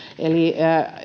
eli